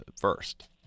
first